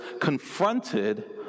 confronted